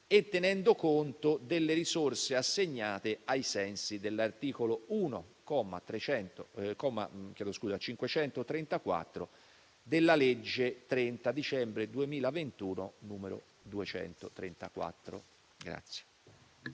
tenendo conto delle risorse assegnate ai sensi dell'articolo 1, comma 534, della legge 30 dicembre 2021 n. 234.